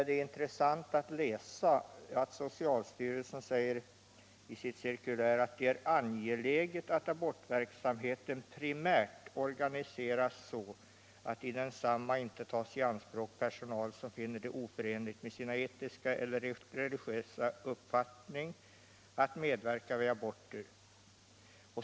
Det är intressant att läsa att socialstyrelsen anser det angeläget att abortverksamheten primärt organiseras så att i densamma inte tas i anspråk personal som finner det oförenligt med sin etiska eller religiösa uppfattning att medverka vid aborter.